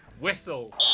Whistle